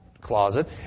closet